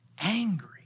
angry